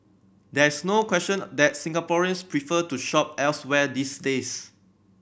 there is no question that Singaporeans prefer to shop elsewhere these days